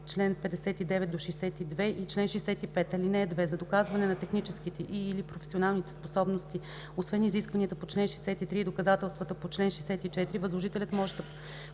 чл. 59-62 и чл. 65. (2) За доказване на техническите и/или професионалните способности, освен изискванията по чл. 63 и доказателствата по чл. 64 възложителят може да